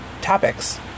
topics